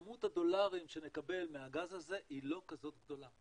כמות הדולרים שנקבל מהגז הזה היא לא כזאת גדולה.